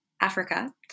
Africa